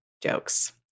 jokes